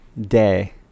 day